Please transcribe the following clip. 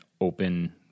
open